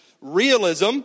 realism